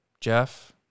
Jeff